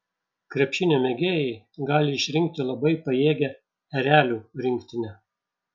krepšinio mėgėjai gali išrinkti labai pajėgią erelių rinktinę